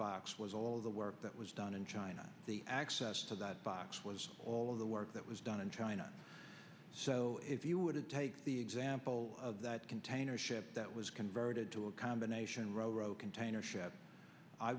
box was all the work that was done in china the access to that box was all of the work that was done in china so if you were to take the example of that container ship that was converted to a combination ro container